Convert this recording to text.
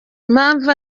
impamvu